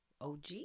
OG